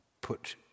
put